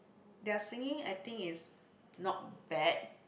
their singing acting is not bad